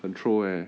很 troll eh